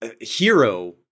hero